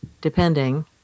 depending